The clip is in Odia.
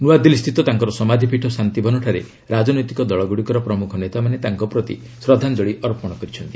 ନୂଆଦିଲ୍ଲୀସ୍ଥିତ ତାଙ୍କର ସମାଧୂପୀଠ ଶାନ୍ତିବନଠାରେ ରାଜନୈତିକ ଦଳଗୁଡ଼ିକର ପ୍ରମୁଖ ନେତାମାନେ ତାଙ୍କ ପ୍ରତି ଶ୍ରଦ୍ଧାଞ୍ଜଳି ଅର୍ପଣ କରିଛନ୍ତି